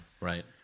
Right